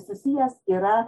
susijęs yra